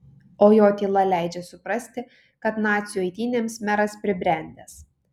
o jo tyla leidžia suprasti kad nacių eitynėms meras pribrendęs